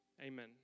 Amen